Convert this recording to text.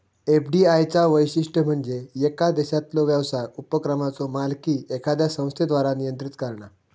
FDI चा वैशिष्ट्य म्हणजे येका देशातलो व्यवसाय उपक्रमाचो मालकी एखाद्या संस्थेद्वारा नियंत्रित करणा